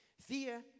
Fear